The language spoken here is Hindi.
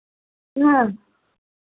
यहाँ